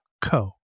co